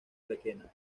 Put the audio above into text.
requena